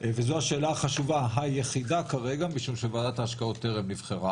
וזו השאלה היחידה החשובה כרגע משום שוועדת ההשקעות טרם נבחרה.